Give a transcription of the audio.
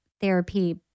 therapy